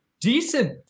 decent